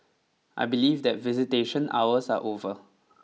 I believe that visitation hours are over